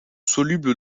solubles